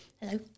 Hello